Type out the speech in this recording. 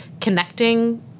connecting